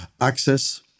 access